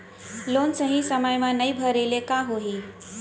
Loan सही समय मा नई भरे ले का होही?